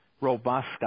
robust